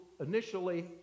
initially